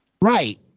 Right